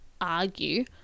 argue